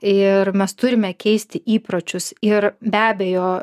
ir mes turime keisti įpročius ir be abejo